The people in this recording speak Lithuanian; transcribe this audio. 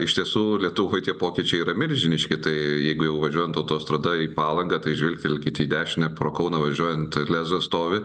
iš tiesų lietuvoj tie pokyčiai yra milžiniški tai jeigu jau važiuojant autostrada į palangą tai žvilgtelkit į dešinę pro kauną važiuojant lezas stovi